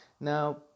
Now